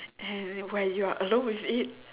and when you are alone with it